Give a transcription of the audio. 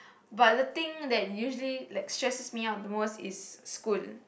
but the thing that usually that like stresses me out the most is school